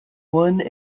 one